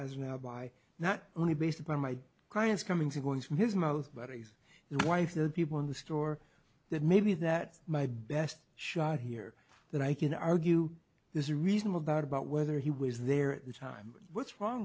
as now by not only based upon my client's comings and goings from his mouth but he's your wife the people in the store that maybe that my best shot here that i can argue this is a reasonable doubt about whether he was there at the time what's wrong